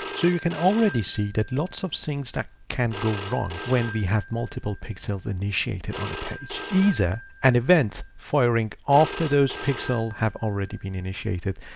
so you can already see that lots of things that can go wrong when we have multiple pixels initiated on a page either, and event firing, after those pixel have already been initiated,